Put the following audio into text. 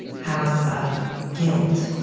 house of guilt.